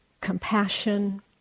compassion